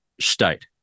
state